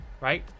Right